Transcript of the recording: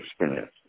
experience